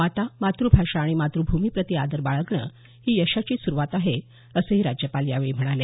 माता मातृभाषा आणि मातृभूमी प्रती आदर बाळगणं ही यशाची सुरवात आहे असं ही राज्यपाल यावेळी म्हणाले